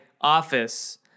office